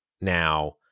Now